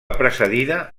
precedida